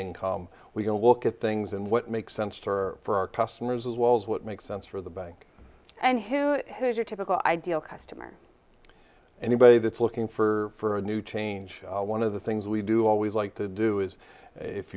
income we can look at things in what makes sense to for our customers as well as what makes sense for the bank and who has your typical ideal customer anybody that's looking for a new change one of the things we do always like to do is if